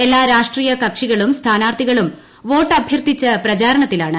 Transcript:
എല്ലാ രാഷ്ട്രീയ കക്ഷികളും സ്ഥാനാർത്ഥികളും വോട്ടഭ്യർത്ഥിച്ച് പ്രചാരണത്തിലാണ്